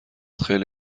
خیلی